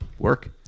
work